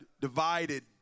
divided